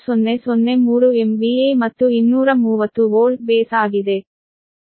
003 MVA ಮತ್ತು 230 volt base ಆಗಿದೆ